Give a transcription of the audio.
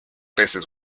peces